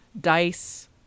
dice